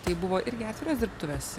tai buvo irgi atviros dirbtuvės